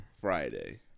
Friday